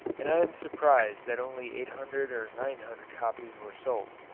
and i am surprised that only eight hundred or nine hundred copies were sold.